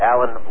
Alan